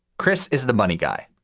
chris is the money guy.